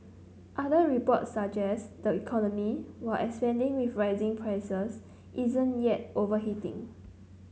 other reports suggest the economy while expanding with rising prices isn't yet overheating